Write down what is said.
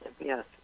Yes